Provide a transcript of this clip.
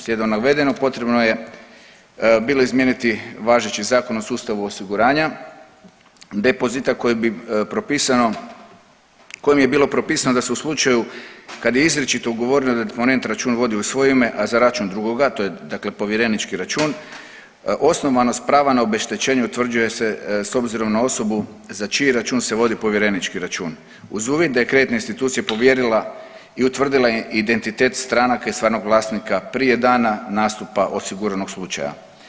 Slijedom navedenog potrebno je bilo izmijeniti važeći Zakon o sustavu osiguranja depozita koji bi propisano, kojim je bilo propisano da se u slučaju kad je izričito ugovoreno deponent račun vodi u svoje ime, a za račun drugoga, to je dakle povjerenički račun, osnovanost prava na obeštećenje utvrđuje se s obzirom na osobu za čiji račun se vodi povjerenički račun uz uvjet da je kreditna institucija povjerila i utvrdila identitet stranaka i stvarnog vlasnika prije dana nastupa osiguranog slučaja.